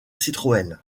citroën